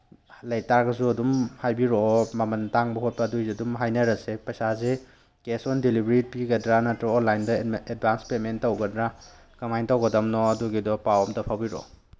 ꯂꯩꯕꯇꯥꯔꯒꯁꯨ ꯑꯗꯨꯝ ꯍꯥꯏꯕꯤꯔꯛꯑꯣ ꯃꯃꯟ ꯇꯥꯡꯕ ꯈꯣꯠꯄ ꯑꯗꯨꯏꯁꯨ ꯑꯗꯨꯝ ꯍꯥꯏꯅꯔꯁꯦ ꯄꯩꯁꯥꯁꯤ ꯀꯦꯁ ꯑꯣꯟ ꯗꯦꯂꯤꯚ꯭ꯔꯤ ꯄꯤꯒꯗ꯭ꯔꯥ ꯅꯠꯇ꯭ꯔꯒ ꯑꯣꯟꯂꯥꯏꯟꯗ ꯑꯦꯠꯚꯥꯟꯁ ꯄꯦꯃꯦꯟ ꯇꯧꯒꯗ꯭ꯔꯥ ꯀꯃꯥꯏꯅ ꯇꯧꯒꯗꯕꯅꯣ ꯑꯗꯨꯒꯤꯗꯣ ꯄꯥꯎ ꯑꯝꯇ ꯐꯥꯎꯕꯤꯔꯛꯑꯣ